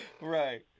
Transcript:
Right